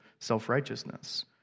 self-righteousness